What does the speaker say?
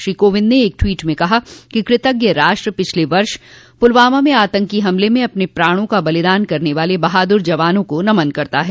श्री कोविंद ने एक ट्वीट में कहा कि कृतज्ञ राष्ट्र पिछले वर्ष पुलवामा में आतंकी हमले में अपने प्राणों का बलिदान करने वाले बहादुर जवानों को नमन करता है